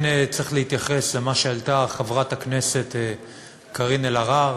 כן צריך להתייחס למה שהעלתה חברת הכנסת קארין אלהרר,